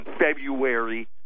February